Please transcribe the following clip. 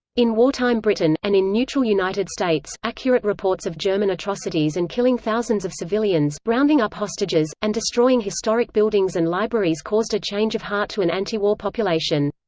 in wartime britain, and in neutral united states, accurate reports of german atrocities and killing thousands of civilians, rounding up hostages, and destroying historic buildings and libraries caused a change of heart to an antiwar population.